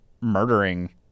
murdering